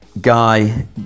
Guy